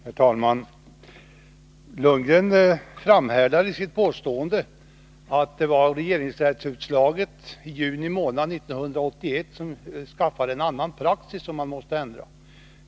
Herr talman! Bo Lundgren framhärdar i sitt påstående att det var regeringsrättsutslaget i juni 1981 som ledde till en annan praxis, som man måste ändra.